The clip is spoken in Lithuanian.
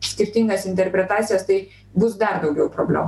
skirtingas interpretacijas tai bus dar daugiau problemų